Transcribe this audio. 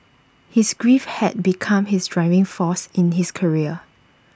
his grief had become his driving force in his career